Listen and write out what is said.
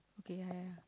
okay ya ya ya